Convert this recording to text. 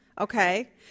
Okay